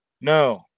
No